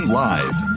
live